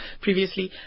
previously